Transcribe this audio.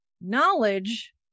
knowledge